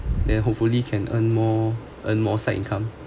then hopefully can earn more earn more side income